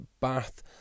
Bath